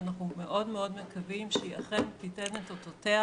שאנחנו מאוד מאוד מקווים שהיא אכן תיתן את אותותיה